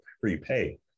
prepay